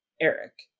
Eric